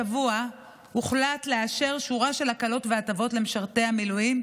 השבוע הוחלט לאשר שורה של הקלות והטבות למשרתי המילואים,